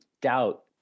doubt